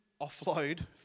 offload